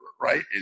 right